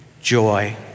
joy